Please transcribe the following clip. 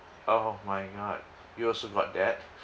oh my god you also got that